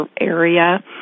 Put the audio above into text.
area